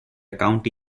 county